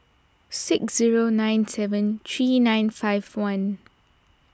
six zero nine seven three nine five one